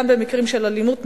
גם במקרים של אלימות,